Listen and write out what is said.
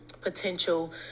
potential